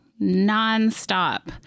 nonstop